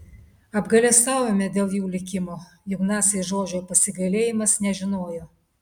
apgailestavome dėl jų likimo juk naciai žodžio pasigailėjimas nežinojo